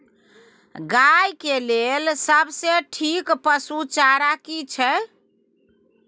गाय के लेल सबसे ठीक पसु चारा की छै?